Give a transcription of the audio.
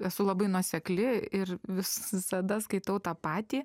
esu labai nuosekli ir visada skaitau tą patį